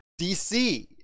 DC